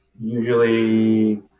Usually